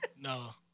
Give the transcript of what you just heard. No